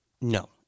No